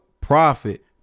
profit